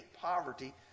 poverty